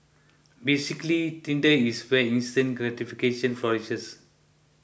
basically Tinder is where instant gratification flourishes